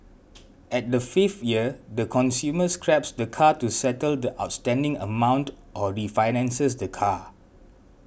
at the fifth year the consumer scraps the car to settle the outstanding amount or refinances the car